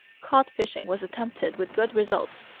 cod-fishing was attempted with good results.